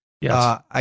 Yes